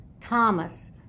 Thomas